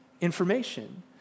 information